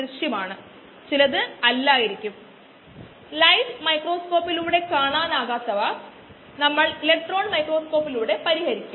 അതായത് unit volume തവണ അത് സിസ്റ്റത്തിന്റെ വോളിയം ആണ്